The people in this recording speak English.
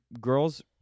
girls